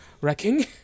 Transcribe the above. wrecking